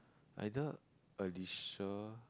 either Alicia